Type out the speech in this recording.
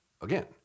again